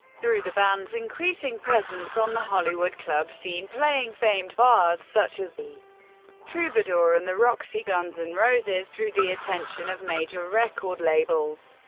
through the band's increasing presence on the hollywood club scene playing famed bars such as the troubadour and the roxy guns n' and roses drew the attention of major record labels.